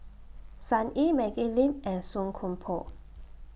Sun Yee Maggie Lim and Song Koon Poh